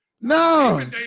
No